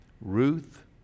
Ruth